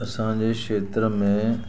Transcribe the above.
असांजे खेत्र में